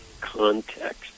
context